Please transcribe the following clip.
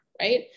right